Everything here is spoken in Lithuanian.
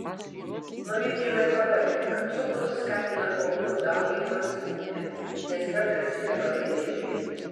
nauji tyrimai parodė kad cukrus skatina auglių dauginimąsi kūne nes yra tarsi degalai vėžiui